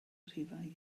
rhifau